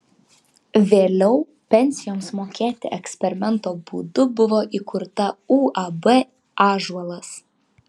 vėliau pensijoms mokėti eksperimento būdu buvo įkurta uab ąžuolas